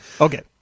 Okay